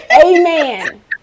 Amen